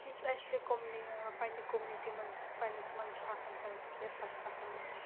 یُس اَسہِ پنٛنہِ کومنِٹی منٛز یُس اَسہِ پنٛنِس منٛز چھُ آسان ہیٚلٕتھ کِیر پَتہٕ آسان یُس